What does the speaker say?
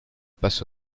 passe